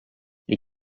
les